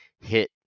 hit